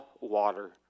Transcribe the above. water